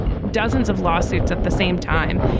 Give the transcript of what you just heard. dozens of lawsuits at the same time.